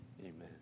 Amen